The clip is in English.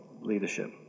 leadership